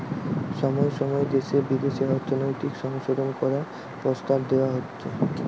সময় সময় দেশে বিদেশে অর্থনৈতিক সংশোধন করার প্রস্তাব দেওয়া হচ্ছে